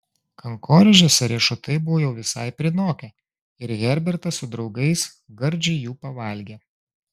kankorėžiuose riešutai buvo jau visai prinokę ir herbertas su draugais gardžiai jų pavalgė